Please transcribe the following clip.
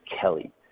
kelly